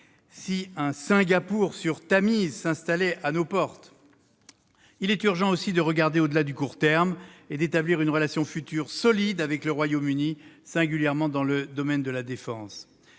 si un « Singapour-sur-Tamise » s'installait à nos portes. Il est urgent, aussi, de regarder au-delà du court terme et d'établir une relation future solide avec le Royaume-Uni, singulièrement dans le domaine de la défense.